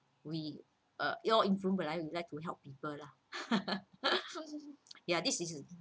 we uh influ~ we like to help people lah ya this is